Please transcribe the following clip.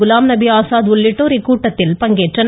குலாம்நபி ஆசாத் உள்ளிட்டோர் இதில் பங்கேற்றனர்